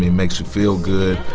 makes you feel good.